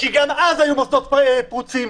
כי גם אז היו מוסדות חינוך פרוצים,